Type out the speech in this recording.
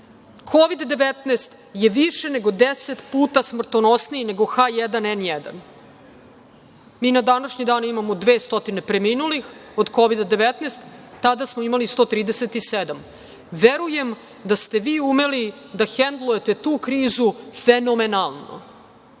Kovid-19 je više nego 10 puta smrtonosniji nego H1N1. Mi na današnji dan imamo 200 preminulih od Kovid-19, tada smo imali 137. Verujem da ste vi umeli da hendlujete tu krizu fenomenalno,